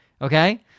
Okay